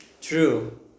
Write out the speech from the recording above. true